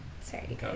sorry